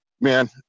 man